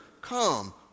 Come